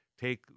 take